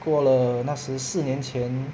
过了那时四年前